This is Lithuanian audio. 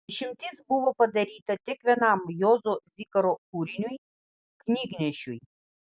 išimtis buvo padaryta tik vienam juozo zikaro kūriniui knygnešiui